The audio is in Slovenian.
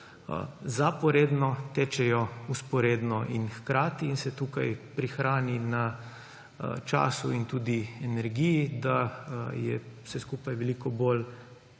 zaporedno, tečejo vzporedno in hkrati; in se tukaj prihrani na času in tudi energiji, da je vse skupaj veliko bolj